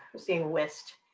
seeing whist,